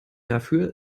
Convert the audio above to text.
dafür